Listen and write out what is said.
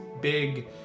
big